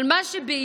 אבל מה שבעיקר